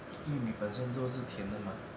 玉米本身就是甜的吗